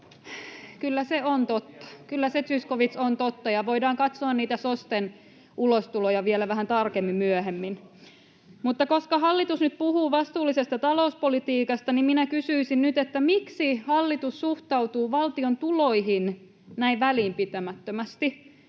Kyllä se on totta. Kyllä se, Zyskowicz, on totta, ja voidaan katsoa niitä SOSTEn ulostuloja vielä vähän tarkemmin myöhemmin. [Ben Zyskowicz: No katsotaan!] Koska hallitus nyt puhuu vastuullisesta talouspolitiikasta, minä kysyisin nyt, miksi hallitus suhtautuu valtion tuloihin näin välinpitämättömästi.